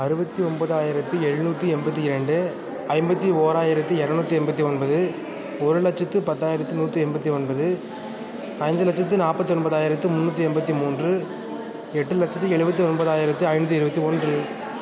அறுபத்தி ஒம்பதாயிரத்தி எழுநூற்றி எண்பத்தி இரண்டு ஐம்பத்து ஓராயிரத்து இரநூத்தி எண்பத்தி ஒன்பது ஒரு லட்சத்து பத்தாயிரத்து நூற்றி எண்பத்தி ஒன்பது ஐந்து லட்சத்து நாற்பத்தி ஒன்பதாயிரத்து முன்னுாற்றி எண்பத்தி மூன்று எட்டு லட்சத்து எழுபத்தி ஒன்பதாயிரத்து ஐந்நூற்றி இருவத்து ஒன்று